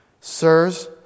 Sirs